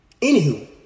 Anywho